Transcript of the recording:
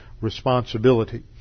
responsibility